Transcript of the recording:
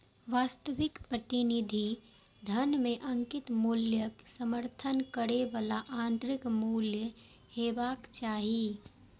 वास्तविक प्रतिनिधि धन मे अंकित मूल्यक समर्थन करै बला आंतरिक मूल्य हेबाक चाही